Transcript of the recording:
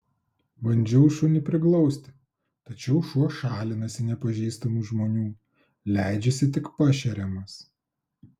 bandžiau šunį priglausti tačiau šuo šalinasi nepažįstamų žmonių leidžiasi tik pašeriamas